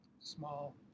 small